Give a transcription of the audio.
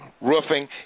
roofing